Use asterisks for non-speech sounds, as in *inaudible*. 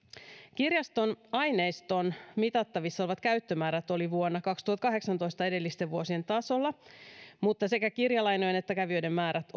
kirjaston aineiston mitattavissa olevat käyttömäärät olivat vuonna kaksituhattakahdeksantoista edellisten vuosien tasolla mutta sekä kirjalainojen että kävijöiden määrät *unintelligible*